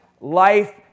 life